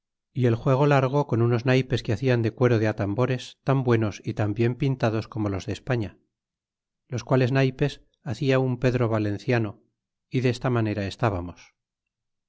é el juego largo con unos naypes que hacian de cuero de atambores tan buenos y tan bien pintados como los de españa los cuales naypes hacia un pedro valenciano y desta manera estábamos